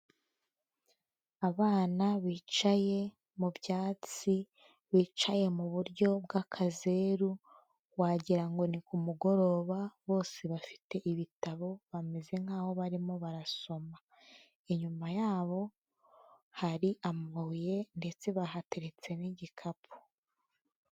Abana bicaye mu byatsi, bicaye mu buryo bw'akazeru, wagira ngo ni ku mugoroba, bose bafite ibitabo bameze nkaho barimo barasoma. Inyuma yabo hari amabuye ndetse bahateretse n'igikapu.